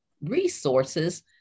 resources